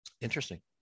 Interesting